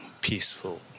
peaceful